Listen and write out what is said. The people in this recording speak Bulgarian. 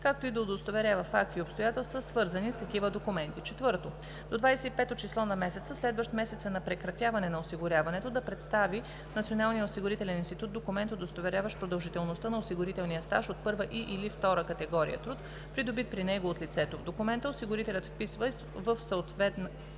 както и да удостоверява факти и обстоятелства, свързани с такива документи; 4. до 25-о число на месеца, следващ месеца на прекратяване на осигуряването, да представи на Националния осигурителен институт документ, удостоверяващ продължителността на осигурителния стаж от първа и/или втора категория труд, придобит при него от лицето; в документа осигурителят вписва и съответната